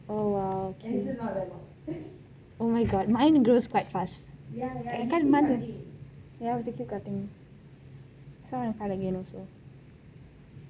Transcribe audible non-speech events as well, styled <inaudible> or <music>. oh !wow! <laughs> oh my god mine grows quite fast I can't imagine you have to keep cutting some ~